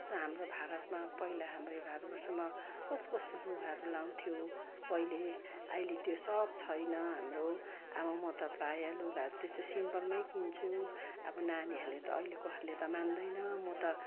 जस्तो हाम्रो भारतमा पहिला हाम्रो यो भारतवर्षमा कस्तो कस्तो लुगाहरू लगाउँथ्यो पहिले अहिले त्यो सब छैन हाम्रो अब म त प्रायः लुगाहरू त्यस्तो सिम्पलमै किन्छु अब नानीहरूले त अहिलेकोहरूले त मान्दैन म त